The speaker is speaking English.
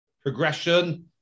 progression